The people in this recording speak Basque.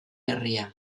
herria